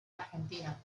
argentina